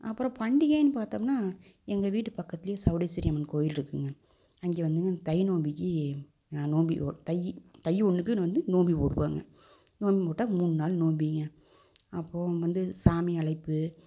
அப்புறோம் பண்டிகையின்னு பார்த்தோம்னா எங்கள் வீட்டு பக்கத்துல சௌடேஸ்வரி அம்மன் கோயில் இருக்குங்க அங்கே வந்துங்க தை நோம்பிக்கு நோம்பி ஓ தை தை ஒன்றுக்கு நான் வந்து நோம்பி போடுவங்க நோம்பி போட்டா மூண் நாள் நோம்பிங்க அப்போ வந்து சாமி அழைப்பு